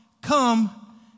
come